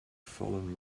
fallen